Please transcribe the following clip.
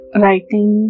writing